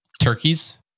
turkeys